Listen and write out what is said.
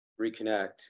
reconnect